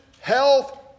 health